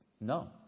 No